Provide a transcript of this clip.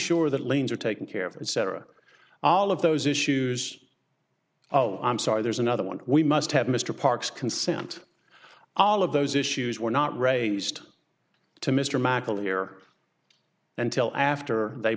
sure that lanes are taken care of and cetera all of those issues oh i'm sorry there's another one we must have mr parks consent all of those issues were not raised to mr mcaleer until after they